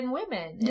women